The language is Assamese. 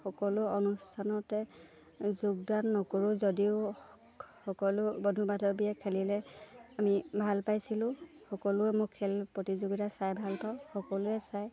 সকলো অনুষ্ঠানতে যোগদান নকৰোঁ যদিও সকলো বন্ধু বান্ধৱীয়ে খেলিলে আমি ভাল পাইছিলোঁ সকলোৱে মোৰ খেল প্ৰতিযোগিতা চাই ভাল পাওঁ সকলোৱে চাই